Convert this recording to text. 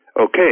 okay